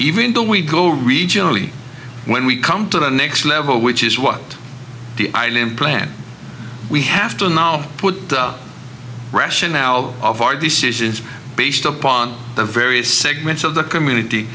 we go regionally when we come to the next level which is what the island plan we have to now put the rationale of our decisions based upon the various segments of the community